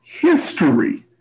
history